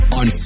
on